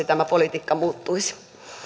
tämä politiikka muuttuisi